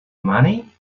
money